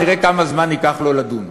נראה כמה זמן ייקח לו לדון.